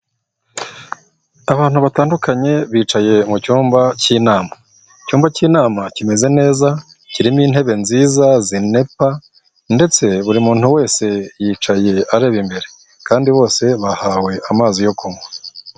Abantu batandukanye bicaye mu cyumba cy'inama. Icyumba cy'inama kimeze neza, kirimo intebe nziza zinepa, ndetse buri muntu wese yicaye areba imbere, kandi bose bahawe amazi yo kunywa.